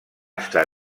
estar